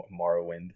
morrowind